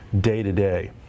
day-to-day